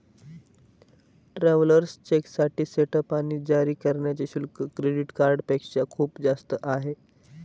travellers चेकसाठी setup आणि जारी करण्याचे शुल्क क्रेडिट कार्डपेक्षा खूप जास्त आहे